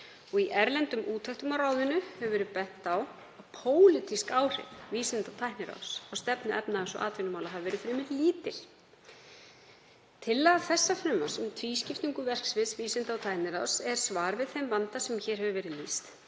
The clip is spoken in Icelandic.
Í erlendum úttektum á ráðinu hefur verið bent á að pólitísk áhrif Vísinda- og tækniráðs á stefnu efnahags- og atvinnumála hafi verið fremur lítil. Tillaga þessa frumvarps um tvískiptingu verksviðs Vísinda- og tækniráðs er svar við þeim vanda sem hér hefur verið lýst,